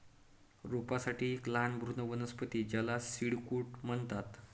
रोपांसाठी एक लहान भ्रूण वनस्पती ज्याला सीड कोट म्हणतात